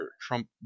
Trump